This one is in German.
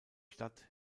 stadt